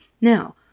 Now